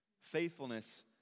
Faithfulness